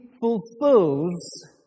fulfills